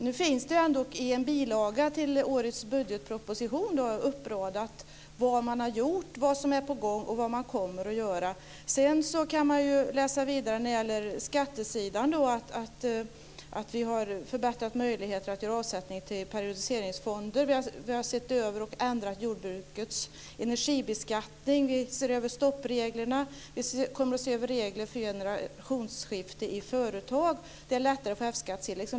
Nu finns det ju ändå i en bilaga till årets budgetproposition uppradat vad man har gjort, vad som är på gång och vad man kommer att göra. Sedan kan man läsa vidare vad gäller skattesidan att vi har förbättrat möjligheterna att göra avsättningar till periodiseringsfonder, vi har sett över och ändrat jordbrukets energibeskattning, vi ser över stoppreglerna, vi kommer att se över regler för generationsskifte i företag och det är lättare att få F-skattsedel.